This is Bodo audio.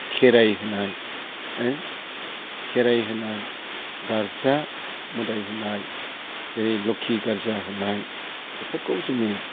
खेराइ होनाय खेराइ होनाय गार्जा मोदाइ होनाय जेरै लक्षि गार्जा होनाय बेफोरखौ जोङो